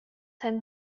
him